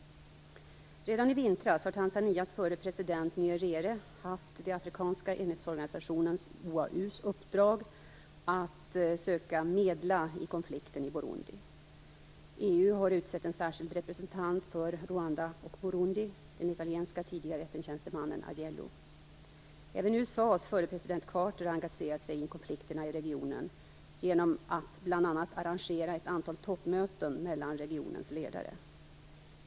Sedan i vintras har Tanzanias förre president Nyerere haft den afrikanska enhetsorganisationen OAU:s uppdrag att söka medla i konflikten i Burundi. EU har utsett en särskild representant för Rwanda och Burundi, den italienske tidigare FN-tjänstemannen Ajello. Även USA:s förre president Carter har engagerat sig i konflikterna i regionen genom att bl.a. arrangera ett antal toppmöten mellan regionens ledare.